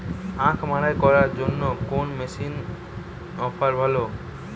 আখ মাড়াই করার জন্য কোন মেশিনের অফার ভালো?